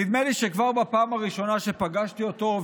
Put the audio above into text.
נדמה לי שכבר בפעם הראשונה שפגשתי אותו,